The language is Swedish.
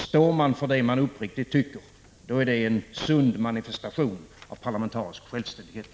Står man för det man uppriktigt tycker, då är det en sund manifestation av parlamentarisk självständighet.